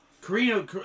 Carino